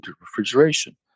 refrigeration